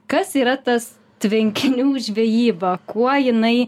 kas yra tas tvenkinių žvejyba kuo jinai